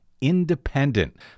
independent